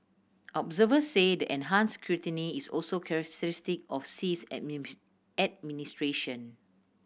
observers say the enhanced scrutiny is also characteristic of Xi's administration